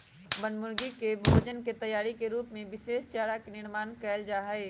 बनमुर्गी के भोजन के तैयारी के रूप में विशेष चारा के निर्माण कइल जाहई